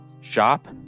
shop